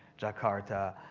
jakarta,